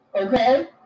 okay